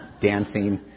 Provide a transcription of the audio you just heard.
dancing